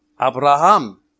Abraham